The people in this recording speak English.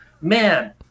Man